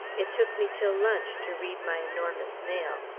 it took me till lunch to read my enormous mail.